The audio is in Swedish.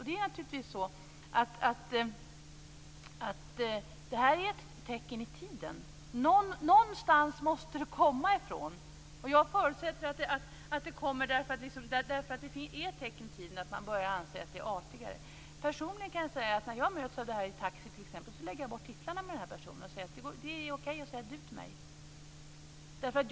Det är naturligtvis ett tecken i tiden. Någonstans måste det komma ifrån. Jag förutsätter att det kommer därför att det är ett tecken i tiden att man börjar anse att det är artigare. Personligen kan jag säga att när jag möts av detta i t.ex. taxi lägger jag bort titlarna med den personen och säger: Det är okej att säga du till mig.